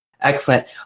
excellent